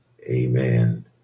Amen